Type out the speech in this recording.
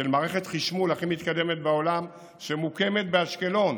כמו מערכת חשמול הכי מתקדמת בעולם שמוקמת באשקלון,